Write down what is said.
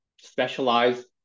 specialized